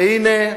והנה,